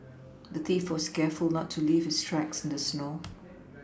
the thief was careful not to leave his tracks in the snow